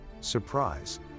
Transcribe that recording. surprise